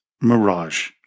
mirage